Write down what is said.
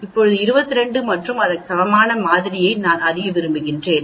இப்போது 22 மற்றும் அதற்கு சமமான மாதிரியை நான் அறிய விரும்புகிறேன்